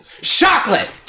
chocolate